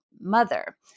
mother